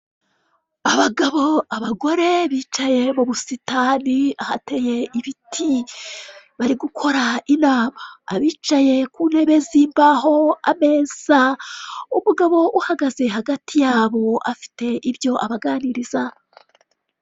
Abagabo abagore bicaye mubusitani ahateye ibiti bari gukora inama abicaye kuntebe z'imbaho ameza umugabo uhagaze hagati yabo afite ibyo abaganiriza.